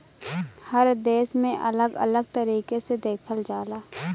हर देश में अलग अलग तरीके से देखल जाला